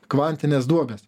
kvantinės duobės